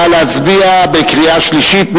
נא להצביע בקריאה שלישית.